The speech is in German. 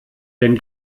den